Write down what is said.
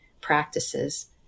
practices